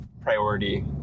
priority